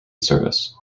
service